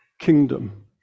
kingdom